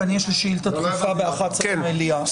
כי יש לי שאילתה דחופה ב-11:00 במליאה.